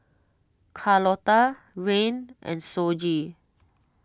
Carlotta Rayne and Shoji